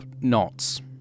knots